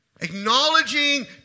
Acknowledging